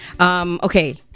Okay